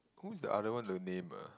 who's the other one the name eh